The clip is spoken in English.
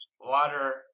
water